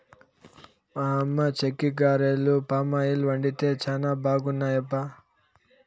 మా అమ్మ చెక్కిగారెలు పామాయిల్ వండితే చానా బాగున్నాయబ్బా